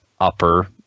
upper